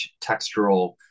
textural